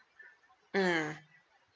mm